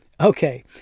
Okay